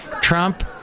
Trump